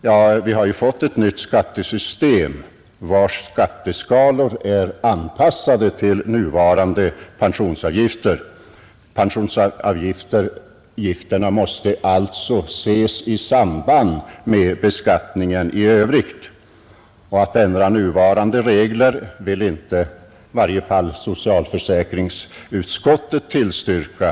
Men vi har ju nu fått ett nytt skattesystem, vars skatteskalor är anpassade till de nuvarande pensionsavgifterna, och dessa avgifter måste sålunda ses i samband med beskattningen i övrigt. Att nuvarande regler ändras vill i varje fall inte socialförsäkringsutskottet tillstyrka.